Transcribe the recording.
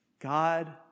God